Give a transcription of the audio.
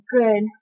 good